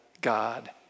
God